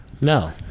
No